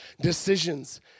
decisions